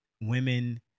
women